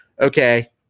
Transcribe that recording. okay